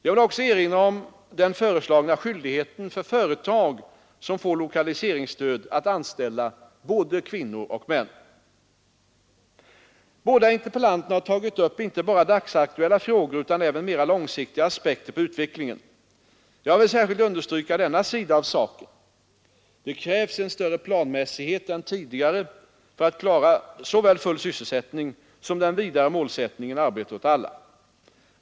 Jag vill också erinra om den föreslagna skyldigheten för företag som får lokaliseringsstöd att anställa både män och kvinnor. Båda interpellanterna har tagit upp inte bara dagsaktuella frågor utan även mera långsiktiga aspekter på utvecklingen. Jag vill särskilt understryka denna sida av saken. Det krävs en större planmässighet än tidigare för att klara såväl full sysselsättning som den vidare målsättningen arbete åt alla.